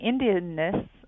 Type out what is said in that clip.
indianness